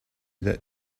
that